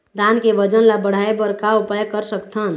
धान के वजन ला बढ़ाएं बर का उपाय कर सकथन?